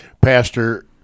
Pastor